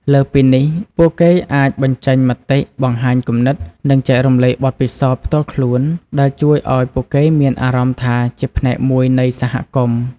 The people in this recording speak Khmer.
លើសពីនេះពួកគេអាចបញ្ចេញមតិ បង្ហាញគំនិត និងចែករំលែកបទពិសោធន៍ផ្ទាល់ខ្លួន ដែលជួយឱ្យពួកគេមានអារម្មណ៍ថាជាផ្នែកមួយនៃសហគមន៍។